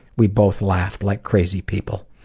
we both laughed like crazy people.